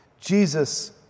Jesus